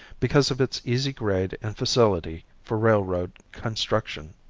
because of its easy grade and facility for railroad construction.